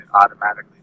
automatically